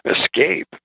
escape